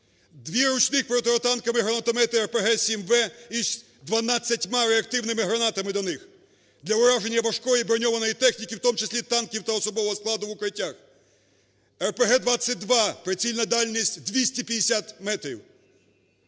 2 ручних противотанкових гранатомети РПГ 7В із 12 реактивними гранатами для них – для враження важкої і броньованої техніки, в тому числі танків та особового складу в укриттях, РПГ-22 прицільна дальність 250 метрів,